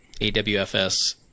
AWFS